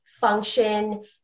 function